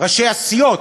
ראשי הסיעות.